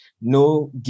No